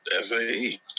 SAE